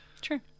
True